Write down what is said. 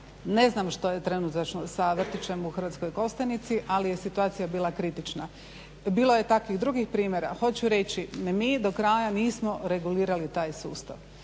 Ne znam što je trenutačno sa vrtićem u Hrvatskoj Kostajnici ali je situacija bila kritična. Bilo je takvih drugih primjera. Hoću reći mi do kraja nismo regulirali taj sustav